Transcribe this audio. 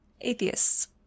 atheists